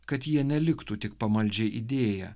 kad jie neliktų tik pamaldžia idėja